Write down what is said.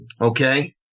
Okay